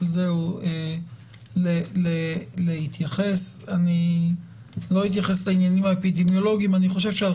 זהו להתייחס אני לא אתייחס לעניינים האפידמולוגים אני חושב שעל